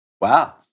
Wow